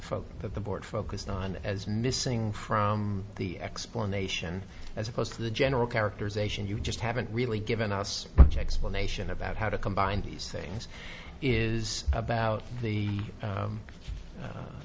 of the board focused on as missing from the explanation as opposed to the general characterization you just haven't really given us explanation about how to combine these things is about the